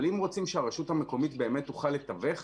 אבל אם רוצים שהרשות המקומית באמת תוכל לתווך,